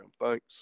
Thanks